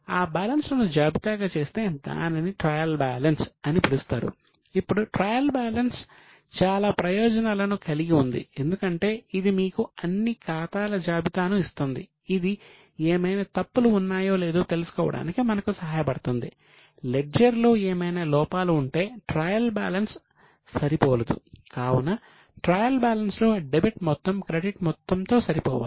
ఆ బ్యాలెన్స్లను జాబితాగా చేస్తే దానిని ట్రయల్ బ్యాలెన్స్ లో డెబిట్ మొత్తం క్రెడిట్ మొత్తం తో సరిపోలాలి